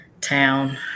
town